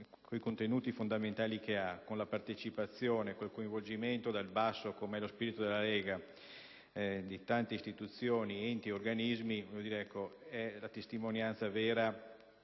cui contenuti fondamentali, quali la partecipazione, il coinvolgimento dal basso - come è nello spirito della Lega - di tante istituzioni, enti ed organismi, sono la testimonianza vera